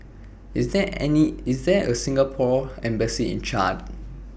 IS There any IS There A Singapore Embassy in Chad